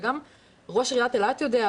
וגם ראש עיריית אילת יודע,